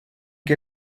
que